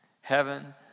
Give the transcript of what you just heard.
Heaven